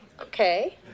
Okay